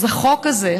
את החוק הזה,